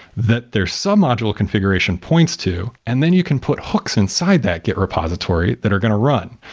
that there's some module configuration points to and then you can put hooks inside that git repository that are going to run.